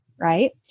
right